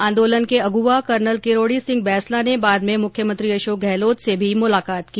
आंदोलन के अगुवा कर्नल किरोड़ी सिंह बैंसला ने बाद में मुख्यमंत्री अशोक गहलोत से भी मुलाकात की